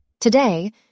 Today